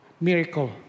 miracle